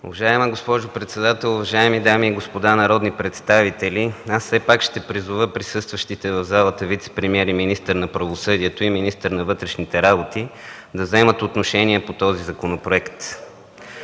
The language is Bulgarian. Уважаема госпожо председател, уважаеми дами и господа народни представители! Аз все пак ще призова присъстващите в залата вицепремиер и министър на правосъдието и министъра на вътрешните работи да вземат отношение по този законопроект.